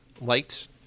liked